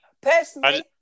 Personally